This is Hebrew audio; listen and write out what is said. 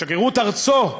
את שגרירות ארצו,